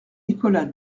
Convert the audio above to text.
nicolas